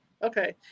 Okay